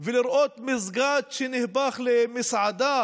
ולראות מסגד שנהפך למסעדה